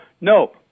no